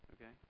Okay